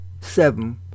seven